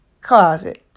closet